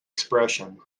expression